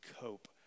cope